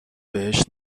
بهش